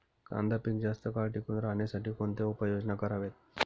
कांदा पीक जास्त काळ टिकून राहण्यासाठी कोणत्या उपाययोजना कराव्यात?